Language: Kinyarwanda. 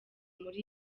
muri